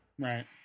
right